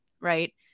right